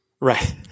Right